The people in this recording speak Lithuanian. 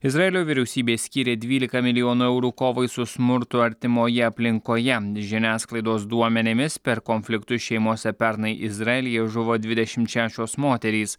izraelio vyriausybė skyrė dvylika milijonų eurų kovai su smurtu artimoje aplinkoje žiniasklaidos duomenimis per konfliktus šeimose pernai izraelyje žuvo dvidešimt šešios moterys